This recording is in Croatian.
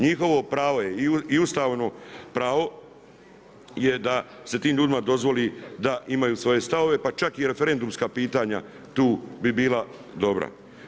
Njihovo pravo i ustavno pravo je da se tim ljudima dozvoli da imaju svoje stavove, pa čak i referendumska pitanja tu bi bila dobra.